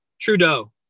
Trudeau